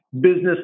business